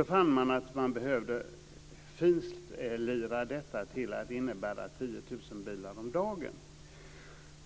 Då fann man att det skulle innebära 10 000 bilar om dagen.